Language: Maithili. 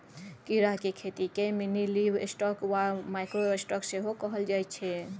कीड़ाक खेतीकेँ मिनीलिवस्टॉक वा माइक्रो स्टॉक सेहो कहल जाइत छै